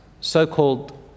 so-called